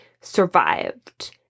survived